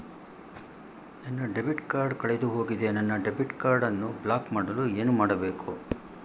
ನನ್ನ debit card ಕಳೆದುಹೋಗಿದೆ ನನ್ನ ಡೆಬಿಟ್ ಕಾರ್ಡ್ ಅನ್ನು ಬ್ಲಾಕ್ ಮಾಡಲು ಏನು ಮಾಡಬೇಕು?